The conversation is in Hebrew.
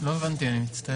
לא הבנתי את השאלה, אני מצטער.